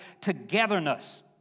togetherness